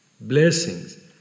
blessings